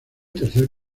tercer